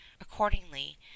accordingly